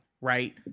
right